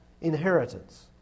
inheritance